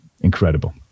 incredible